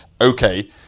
okay